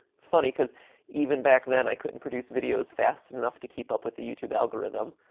it's funny, cause even back then i couldn't produce videos fast enough to keep up with the youtube algorithm.